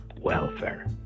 welfare